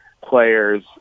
players